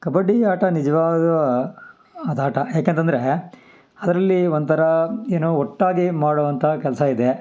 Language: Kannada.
ಕಬಡ್ಡಿ ಆಟ ನಿಜವಾದ ಅದು ಆಟ ಯಾಕೆಂತಂದರೇ ಅದರಲ್ಲಿ ಒಂಥರಾ ಏನು ಒಟ್ಟಾಗೆ ಮಾಡೊವಂಥ ಕೆಲಸ ಇದೆ